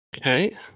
Okay